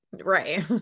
Right